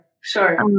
sure